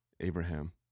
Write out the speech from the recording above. Abraham